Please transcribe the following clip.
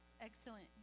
Excellent